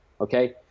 okay